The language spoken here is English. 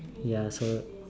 ya so